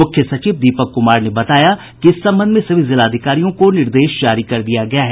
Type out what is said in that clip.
मूख्य सचिव दीपक कुमार ने बताया कि इस संबंध में सभी जिलाधिकारियों को निर्देश जारी कर दिया गया है